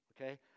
okay